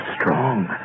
strong